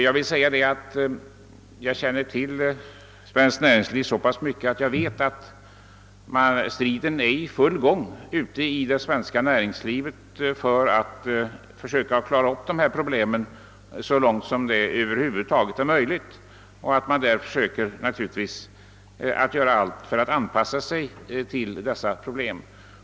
Jag känner till svenskt näringsliv så pass väl, att jag vet att man där är i full gång med att försöka klara upp problemen och så långt som möjligt anpassa sig till situationen.